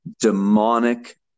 demonic